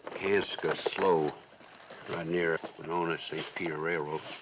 hanska slough, right near so near railroad.